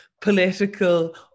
political